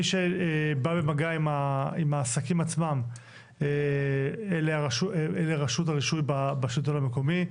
מי שבא במגע עם העסקים עצמם אלה רשות הרישוי בשלטון המקומי.